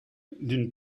d’une